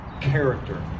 character